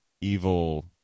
evil